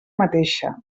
mateixa